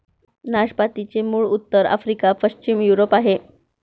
नाशपातीचे मूळ उत्तर आफ्रिका, पश्चिम युरोप आहे